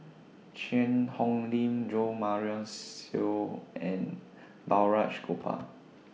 Cheang Hong Lim Jo Marion Seow and Balraj Gopal